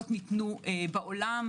ניתנו בעולם,